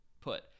put